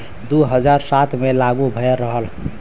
दू हज़ार सात मे लागू भएल रहल